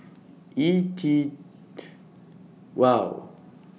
E T wow